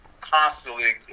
constantly